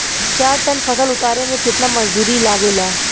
चार टन फसल उतारे में कितना मजदूरी लागेला?